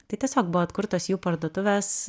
tai tiesiog buvo atkurtos jų parduotuvės